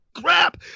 crap